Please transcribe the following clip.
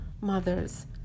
mothers